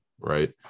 right